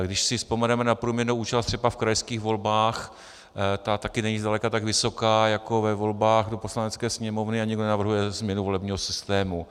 Když si vzpomeneme na průměrnou účast třeba v krajských volbách, ta taky není zdaleka tak vysoká jako ve volbách do Poslanecké sněmovny, a nikdo nenavrhuje změnu volebního systému.